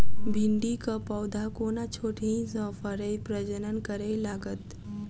भिंडीक पौधा कोना छोटहि सँ फरय प्रजनन करै लागत?